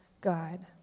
God